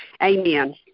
Amen